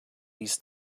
ließ